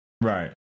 right